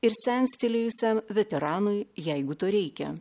ir senstelėjusiam veteranui jeigu to reikia